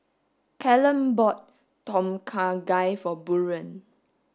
Callum bought Tom Kha Gai for Buren